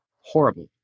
horrible